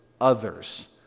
others